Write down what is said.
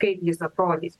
kaip jis atrodys